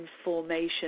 information